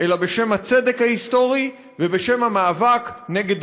אלא בשם הצדק ההיסטורי ובשם המאבק נגד